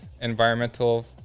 environmental